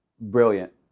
brilliant